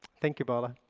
thank you, balla.